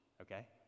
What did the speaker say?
Okay